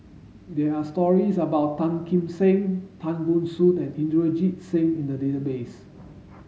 there are stories about Tan Kim Seng Tan Ban Soon and Inderjit Singh in the database